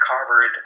covered